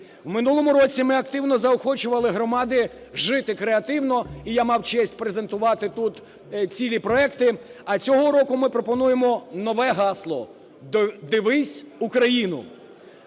В минулому році ми активно заохочували громади жити креативно, і я мав честь презентувати тут цілі проекти. А цього року ми пропонуємо нове гасло: "Дивись Україну!".